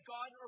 God